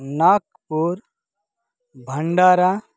Nagpur Bhandara